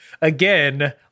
Again